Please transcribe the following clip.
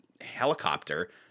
helicopter